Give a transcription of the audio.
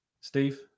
Steve